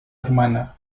hermana